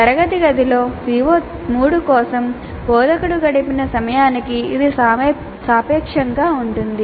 తరగతి గదిలో CO3 కోసం బోధకుడు గడిపిన సమయానికి ఇది సాపేక్షంగా ఉంటుంది